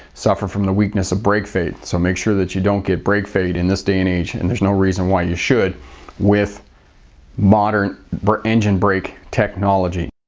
suffer from the weakness of brake fade. so make sure that you don't get brake fade in this day and age. and there's no reason why you should with modern but engine brake technology.